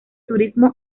turismo